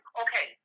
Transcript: okay